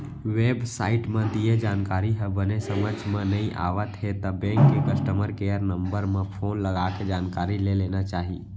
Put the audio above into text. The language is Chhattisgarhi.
बेब साइट म दिये जानकारी ह बने समझ म नइ आवत हे त बेंक के कस्टमर केयर नंबर म फोन लगाके जानकारी ले लेना चाही